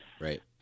Right